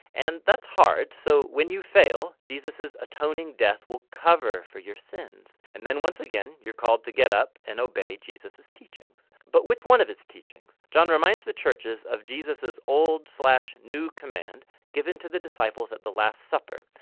and that's hard so when you fail jesus's atoning death will cover for your sins and then once again you're called to get up and obey jesus's teachings. but which one of he's teachings? john reminds the churches of jesus's old so new command given to the disciples at the last supper,